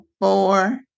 four